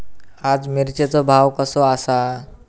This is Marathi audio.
आज मिरचेचो भाव कसो आसा?